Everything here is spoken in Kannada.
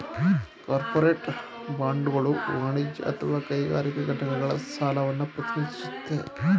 ಕಾರ್ಪೋರೇಟ್ ಬಾಂಡ್ಗಳು ವಾಣಿಜ್ಯ ಅಥವಾ ಕೈಗಾರಿಕಾ ಘಟಕಗಳ ಸಾಲವನ್ನ ಪ್ರತಿನಿಧಿಸುತ್ತೆ